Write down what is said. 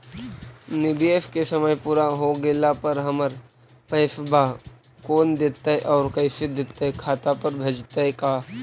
निवेश के समय पुरा हो गेला पर हमर पैसबा कोन देतै और कैसे देतै खाता पर भेजतै का?